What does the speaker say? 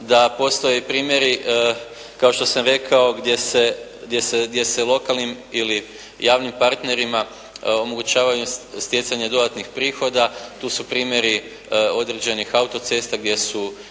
da postoje i primjeri, kao što sam rekao gdje se lokalnim ili javnim partnerima omogućava stjecanje dodatnih prihoda, tu su primjeri određenih autocesta gdje su